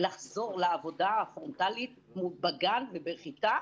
לחזור לעבודה הפרונטלית בגן ובכיתה